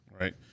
right